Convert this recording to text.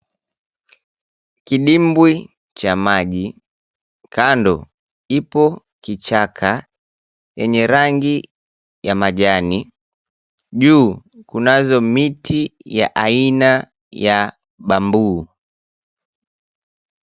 Kidimbwi cha maji. Kando, ipo kichaka yenye rangi ya majani, juu kunazo miti ya aina ya Bamboo .